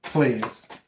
please